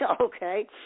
Okay